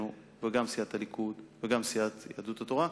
וגם סיעת הליכוד וגם סיעת יהדות התורה,